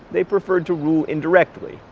they preferred to rule indirectly.